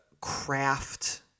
craft